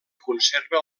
conserva